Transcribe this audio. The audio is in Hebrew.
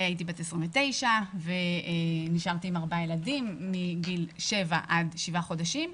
הייתי בת 29 ונשארתי עם ארבעה ילדים מגיל שבע עד שבעה חודשים,